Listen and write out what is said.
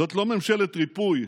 זאת לא ממשלת ריפוי,